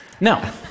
No